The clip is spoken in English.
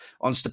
On